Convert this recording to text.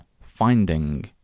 finding